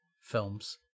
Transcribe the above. films